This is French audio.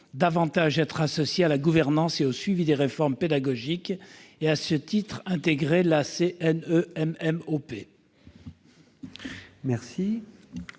davantage associés à la gouvernance et au suivi des réformes pédagogiques et, à ce titre, intègrent la Cnemmop.